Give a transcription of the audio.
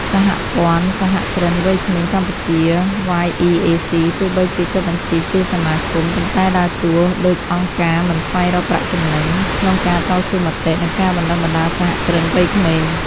សហព័ន្ធសហគ្រិនវ័យក្មេងកម្ពុជា (YEAC) ទោះបីជាចុះបញ្ជីជាសមាគម ប៉ុន្តែដើរតួដូចអង្គការមិនស្វែងរកប្រាក់ចំណេញ ក្នុងការតស៊ូមតិ និងការបណ្ដុះបណ្ដាលសហគ្រិនវ័យក្មេង។